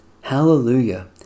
hallelujah